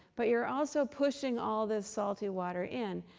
but you're also pushing all this salty water in.